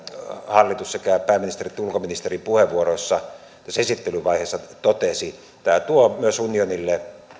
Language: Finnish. hallitus sekä pääministerin että ulkoministerin puheenvuoroissa tässä esittelyvaiheessa totesi tämä tuo myös unionille